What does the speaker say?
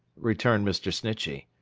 returned mr. snitchey.